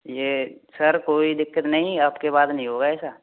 यह सर कोई दिक्कत नहीं है अब के बाद नहीं होगा ऐसा